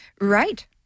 Right